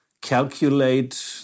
calculate